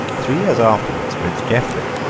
three years afterwards, prince geoffrey,